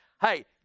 Hey